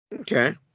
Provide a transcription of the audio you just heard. Okay